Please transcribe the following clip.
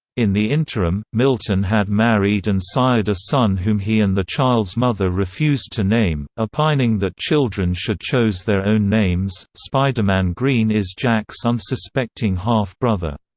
in the interim, milton had married and sired a son whom he and the child's mother refused to name, opining that children should chose their own names spider-man greene is jack's unsuspecting half-brother.